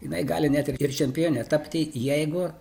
jinai gali net ir čempionė tapti jeigu